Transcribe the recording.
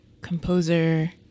composer